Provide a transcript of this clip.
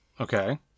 Okay